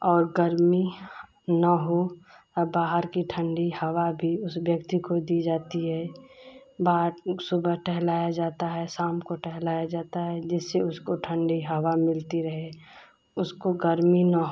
और गर्मी न हो बाहर की ठंडी हवा भी उस व्यक्ति को दी जाती है बाहर सुबह टहलाया जाता है शाम को टहलाया जाता है जिससे उसको ठंडी हवा मिलती रहे उसको गर्मी न हो